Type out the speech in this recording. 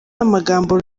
amagambo